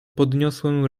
podniosłem